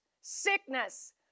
sickness